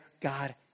God